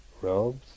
Robes